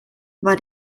war